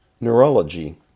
Neurology